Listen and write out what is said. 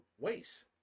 waste